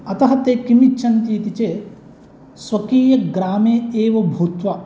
अतः ते किम् इच्छन्ति इति चेत् स्वकीय ग्रामे एव भूत्वा